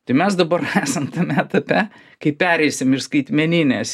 tai mes dabar esam tame etape kai pereisim iš skaitmeninės